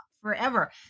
forever